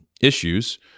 issues